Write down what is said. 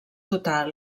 total